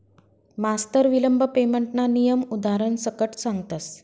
मास्तर विलंब पेमेंटना नियम उदारण सकट सांगतस